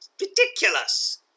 ridiculous